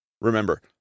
Remember